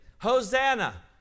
Hosanna